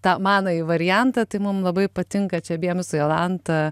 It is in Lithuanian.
tą manąjį variantą tai mum labai patinka čia abiem su jolanta